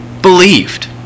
believed